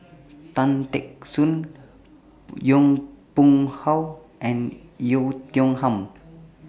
Tan Teck Soon Yong Pung How and Oei Tiong Ham